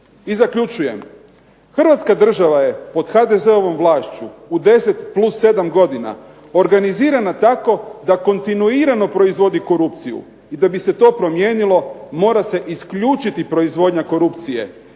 I zaključujem, Hrvatska država je pod HDZ-ovom vlašću u 10 plus 7 godina organizirana tako da kontinuirano proizvodi korupciju i da bi se to promijenilo mora se isključiti proizvodnja korupcije.